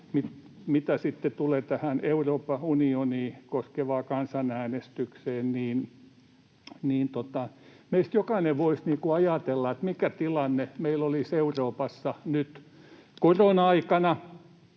Mitä sitten tulee tähän Euroopan unionia koskevaan kansanäänestykseen, niin meistä jokainen voisi ajatella, mikä tilanne meillä olisi Euroopassa nyt korona-aikana